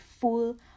full